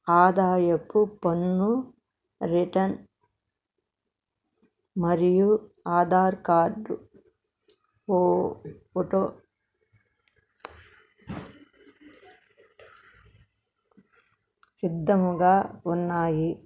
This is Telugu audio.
ఆదాయపు పన్ను రిటర్న్ మరియు ఆధార్ కార్డు ఫో ఫోటో సిద్ధంగా ఉన్నాయి